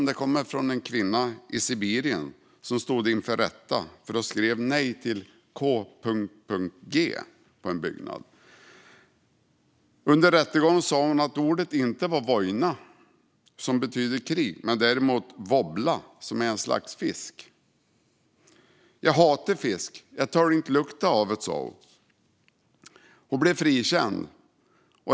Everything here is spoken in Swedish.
Det kommer av att en kvinna i Sibirien stod inför rätta för att ha skrivit "Nej till k..g" på en byggnad. Under rättegången sa hon att ordet inte var vojna, som betyder krig, utan vobla, som är en sorts fisk. Jag hatar fisk; jag tål inte lukten av det, sa hon. Hon blev frikänd.